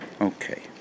Okay